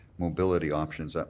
mobility options, ah